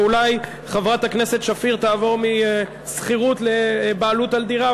ואולי חברת הכנסת שפיר תעבור משכירות לבעלות על דירה.